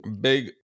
big